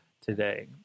today